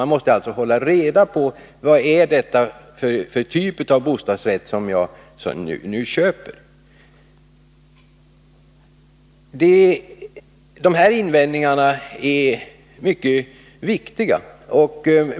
Man måste alltså hålla reda på vad det är för typ av bostadsrätt som man köper. Dessa invändningar är mycket viktiga.